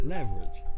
Leverage